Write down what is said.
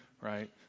right